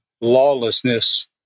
lawlessness